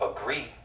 agree